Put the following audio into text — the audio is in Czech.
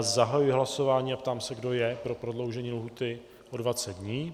Zahajuji hlasování a ptám se, kdo je pro prodloužení lhůty o 20 dní.